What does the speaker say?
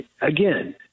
again